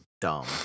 dumb